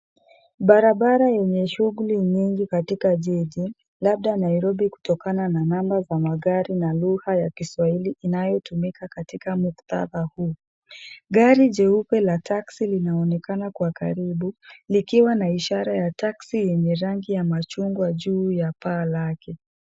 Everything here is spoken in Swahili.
Barabara yenye shughuli nyingi katika jiji, labda Nairobi kutokana na (cs) number (cs) kwa magari na lugha ya kiswahili inatoyumika katika muktatha huu. Gari jeupe la taxi linaonekana kwa karibu likiwa na ishara ya taxi yenye rangi ya machungwa juu ya paa lake.